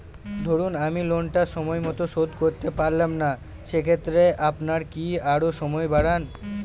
ধরুন আমি লোনটা সময় মত শোধ করতে পারলাম না সেক্ষেত্রে আপনার কি আরো সময় বাড়ান?